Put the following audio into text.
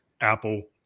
Apple